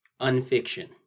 unfiction